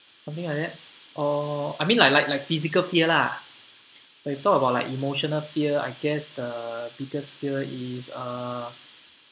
something like that or I mean like like like physical fear lah but we talk about like emotional fear I guess the biggest fear is uh